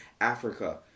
Africa